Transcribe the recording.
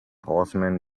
horsemen